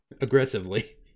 aggressively